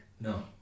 no